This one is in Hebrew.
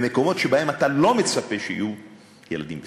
במקומות שבהם אתה לא מצפה שיהיו ילדים בסיכון.